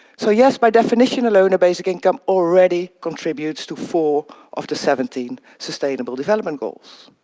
so yes, by definition alone, a basic income already contributes to four of the seventeen sustainable development goals.